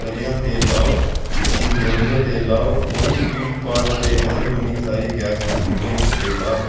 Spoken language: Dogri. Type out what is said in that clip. स'रेआं दा तेल लाओ देसी कोह्ल्लू दा तेल लाओ कोई पीड़ पाड़ सिरै गी कदें नेईं होनी सारी गैस गूस निकली जानी सिरै च बाह्र